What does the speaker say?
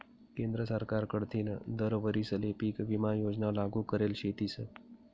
केंद्र सरकार कडथीन दर वरीसले पीक विमा योजना लागू करेल शेतीस